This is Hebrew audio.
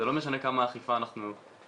זה לא משנה כמה אכיפה אנחנו נעשה,